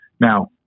Now